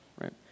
right